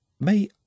May